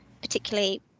particularly